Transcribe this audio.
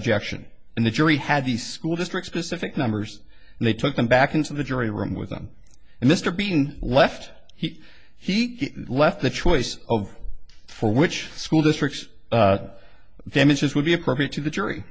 objection and the jury had the school district specific numbers and they took them back into the jury room with them and mr beeton left he he left the choice of for which school districts them issues would be appropriate to the jury